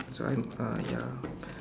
so I'm uh ya